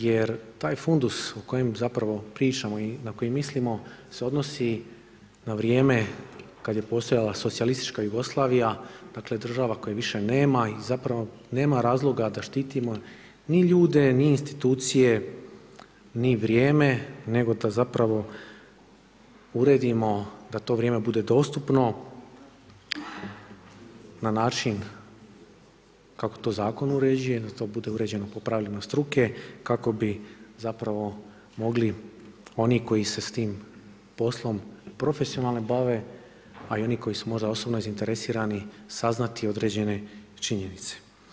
Jer taj fundus o kojem zapravo pričamo i na koji mislimo se odnosi na vrijeme kad je postojala Socijalistička Jugoslavija, dakle, država koje više nema i zapravo nema razloga da štitimo ni ljude ni institucije ni vrijeme, nego da zapravo uredimo da to vrijeme bude dostupno na način kako to zakon uređuje i da to bude uređeno po pravilima struke kako bi zapravo mogli oni koji se s tim poslom profesionalno bave, a i oni koji su možda osobno zainteresirani saznati određene činjenice.